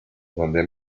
donde